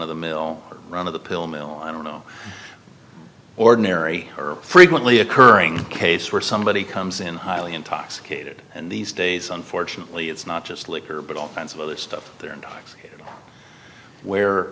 of the mill run of the pill mill i don't know ordinary frequently occurring case where somebody comes in highly intoxicated and these days unfortunately it's not just liquor but all kinds of other stuff there where